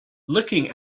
looking